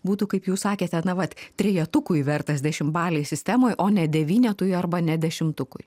būtų kaip jūs sakėte na vat trejetukui vertas dešimtbalėj sistemoj o ne devynetui arba net dešimtukui